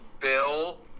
Bill